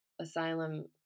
asylum